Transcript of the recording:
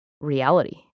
reality